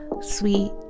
sweet